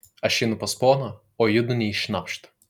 aš einu pas poną o judu nė šnapšt